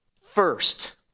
first